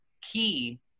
key